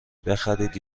بخرید